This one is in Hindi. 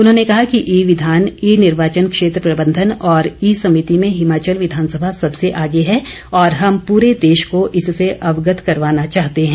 उन्होंने कहा कि ई विधान ई निर्वाचन क्षेत्र प्रबंधन और ई समिति में हिमाचल विधानसभा सबसे आगे है और हम पूरे देश को इससे अवगत करवाना चाहते हैं